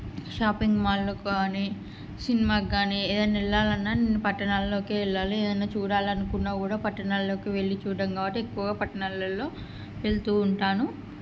షాపింగ్మాల్లకు కానీ సినిమాకి కానీ ఏదైనా వెళ్ళాలి అన్నా నేను పట్టణాలల్లోకే వెళ్ళాలి ఏదైనా చూడాలని అనుకున్నా కూడా పట్టణాలల్లోకి వెళ్ళి చూడ్డం కాబట్టి ఎక్కువగా పట్టణాలల్లో వెళ్తూ ఉంటాను